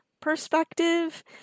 perspective